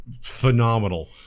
phenomenal